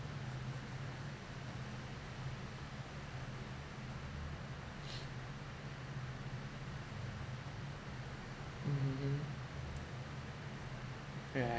mmhmm mm right